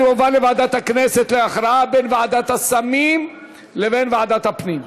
זה יועבר לוועדת הכנסת להכרעה בין ועדת הסמים לבין ועדת הפנים.